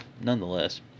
nonetheless